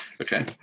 Okay